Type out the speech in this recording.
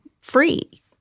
free